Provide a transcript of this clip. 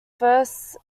first